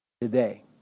today